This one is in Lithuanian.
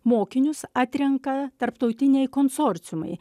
mokinius atrenka tarptautiniai konsorciumai